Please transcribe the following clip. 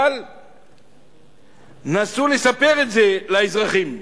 אבל נסו לספר זאת לאזרחים,